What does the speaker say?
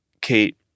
kate